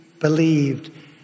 believed